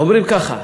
אומרים ככה: